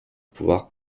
pouvoir